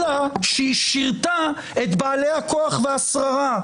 אלא שהיא שירתה את בעלי הכוח והשררה,